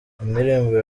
indirimbo